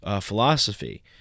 philosophy